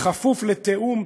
כפוף לתיאום,